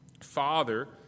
Father